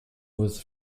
was